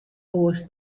oars